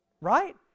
right